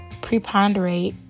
preponderate